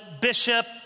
bishop